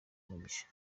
umugisha